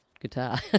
guitar